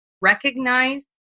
recognize